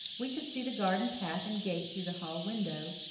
we could see the garden path and gate through the hall window,